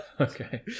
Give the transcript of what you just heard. okay